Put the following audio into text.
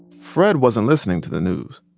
fred wasn't listening to the news,